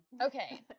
Okay